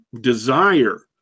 desire